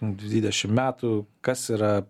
dvidešimt metų kas yra